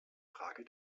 frage